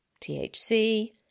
THC